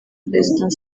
president